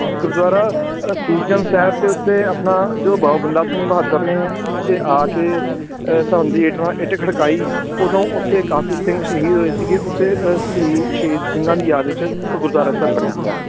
ਗੁਰਦੁਆਰਾ ਸੀਸਗੰਜ ਸਾਹਿਬ ਦੇ ਉੱਤੇ ਆਪਣਾ ਜੋ ਬਾਬਾ ਬੰਦਾ ਸਿੰਘ ਬਹਾਦਰ ਨੇ ਇੱਥੇ ਆ ਕੇ ਸਰਹਿੰਦ ਦੀ ਇੱਟ ਨਾਲ ਇੱਟ ਖੜਕਾਈ ਉਦੋਂ ਉੱਥੇ ਕਾਫੀ ਸਿੰਘ ਸ਼ਹੀਦ ਹੋਏ ਸੀਗੇ ਉੱਥੇ ਅ ਸੀ ਸ਼ਹੀਦ ਸਿੰਘਾਂ ਦੀ ਯਾਦ ਵਿੱਚ ਗੁਰਦੁਆਰਾ ਸਾਹਿਬ ਬਣਿਆ ਹੋਇਆ